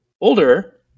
older